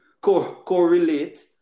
correlate